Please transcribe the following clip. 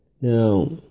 Now